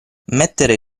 mettere